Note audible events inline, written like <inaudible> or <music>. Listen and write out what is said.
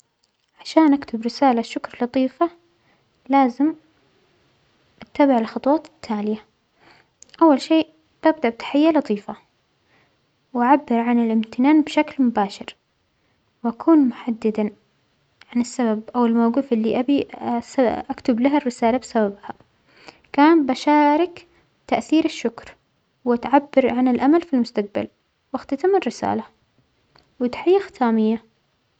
عشان أكتب رسالة شكر لطيفة لازم أتبع الخطوات التالية، أول شيء ببدأ بتحية لطيفة وأعبر عن الإمتنان بشكل مباشر، وأكون محددا عن السبب أو الموجف اللى أبى <hesitation> أكتب لها الرسالة بسببها، كمان بشارك تأثير الشكر وتعبر عن الأمل في المستجبل، وأختتم الرسالة وتحية ختامية.